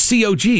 COG